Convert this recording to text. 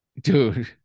Dude